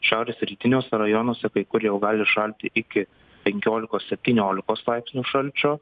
šiaurės rytiniuose rajonuose kai kur jau gali šalti iki penkiolikos septyniolikos laipsnių šalčio